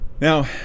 Now